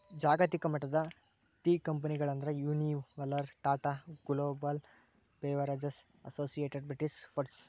ಜಾಗತಿಕಮಟ್ಟದ ಟೇಕಂಪೆನಿಗಳಂದ್ರ Unilever, Tata Global Beverages, Associated British foods